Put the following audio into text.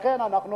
לכן, אנחנו